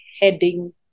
heading